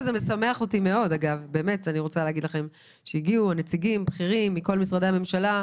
משמח אותי מאוד שהגיעו נציגים בכירים מכל משרדי הממשלה.